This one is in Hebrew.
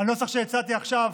הנוסח שהצעתי עכשיו,